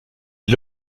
est